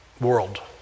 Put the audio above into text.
world